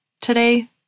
today